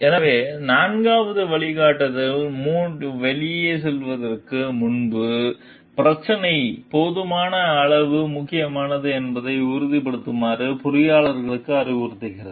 எனவே நான்காவது வழிகாட்டுதல் மூட்டு வெளியே செல்வதற்கு முன்பு பிரச்சினை போதுமான அளவு முக்கியமானது என்பதை உறுதிப்படுத்துமாறு பொறியாளர்களுக்கு அறிவுறுத்துகிறது